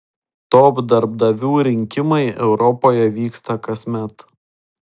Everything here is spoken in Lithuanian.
top darbdavių rinkimai europoje vyksta kasmet